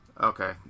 Okay